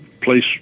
place